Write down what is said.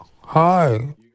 Hi